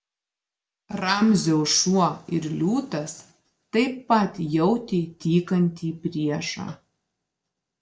ramzio šuo ir liūtas taip pat jautė tykantį priešą